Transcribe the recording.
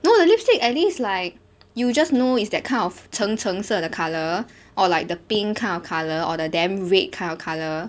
no the lipstick at least like you just know is that kind of 橙橙色的 colour or like the pink kind of colour or the damn red kind of colour